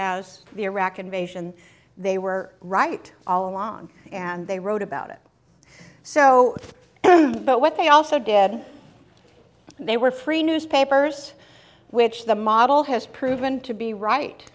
as the iraq invasion they were right all along and they wrote about it so but what they also dead they were free newspapers which the model has proven to be